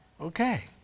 okay